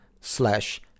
slash